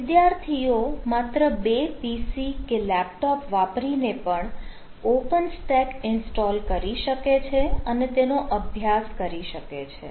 વિદ્યાર્થીઓ માત્ર બે PC કે લેપટોપ વાપરીને પણ ઓપન સ્ટેક ઇન્સ્ટોલ કરી શકે છે અને તેનો અભ્યાસ કરી શકે છે